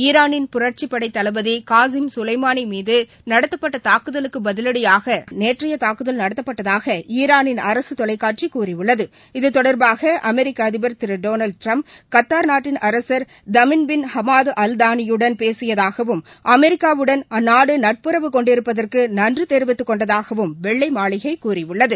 ஈரானின் புரட்சிப்படை தளபதி காசன் சுலைமானி மீது நடத்தப்பட்ட தாக்குதலுக்கு பதிலடியாக நேற்றைய தாக்குதல் நடத்தப்பட்டதாக ஈரானின் அரசு தொலைக்காட்சி கூறியுள்ளது இது தொடர்பாக அமெரிக்க அதிபர் திரு டொனால்டு ட்டிரம்ப் கத்தார் நாட்டின் அரசர் emir sheikh Tamim bin Hamad Al Thani யுடன் பேசியதாகவும் அமெிக்காவுடன் அந்த நாடு நட்புறவு கொண்டிருப்பதற்கு நன்றி தெரிவித்துக் கொண்டதாகவும் வெள்ளை மாளிகை கூறியுள்ளது